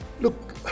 Look